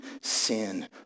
sin